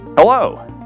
Hello